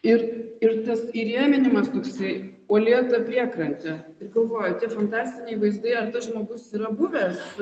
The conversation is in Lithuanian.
ir ir tas įrėminimas toksai uolėta priekrantė ir galvoju tie fantastiniai vaizdai ar tas žmogus yra buvęs